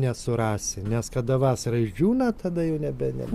nesurasi nes kada vasarą išdžiūna tada jau nebe nebe